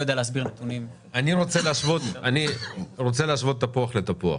אני רוצה להשוות תפוח לתפוח.